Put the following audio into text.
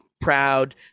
proud